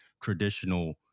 traditional